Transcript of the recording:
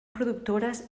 productores